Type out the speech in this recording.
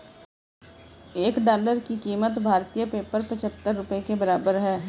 एक डॉलर की कीमत भारतीय पेपर पचहत्तर रुपए के बराबर है